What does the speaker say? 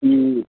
कि